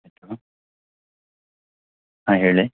ಹಾಂ ಹೇಳಿ